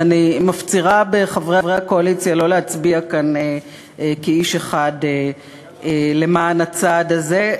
ואני מפצירה בחברי הקואליציה לא להצביע כאן כאיש אחד למען הצעד הזה.